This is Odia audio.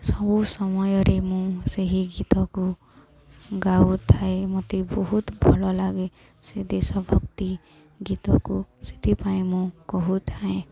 ସବୁ ସମୟରେ ମୁଁ ସେହି ଗୀତକୁ ଗାଉଥାଏ ମୋତେ ବହୁତ ଭଲ ଲାଗେ ସେ ଦେଶଭକ୍ତି ଗୀତକୁ ସେଥିପାଇଁ ମୁଁ କହୁଥାଏ